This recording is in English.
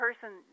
person